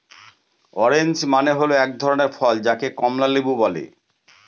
orange মানে হল এক ধরনের ফল যাকে কমলা লেবু বলে